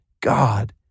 God